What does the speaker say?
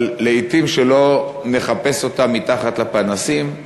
אבל לעתים, שלא נחפש אותן מתחת לפנסים,